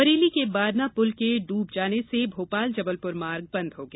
बरेली के बारना पुल के डूब जाने से भोपाल जबलपुर मार्ग बंद हो गया